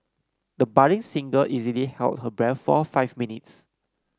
the budding singer easily held her breath for five minutes